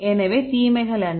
எனவே தீமைகள் என்ன